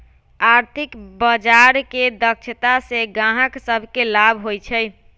आर्थिक बजार के दक्षता से गाहक सभके लाभ होइ छइ